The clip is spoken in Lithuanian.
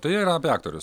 tai yra apie aktorius